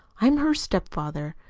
i'm her stepfather.